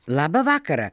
labą vakarą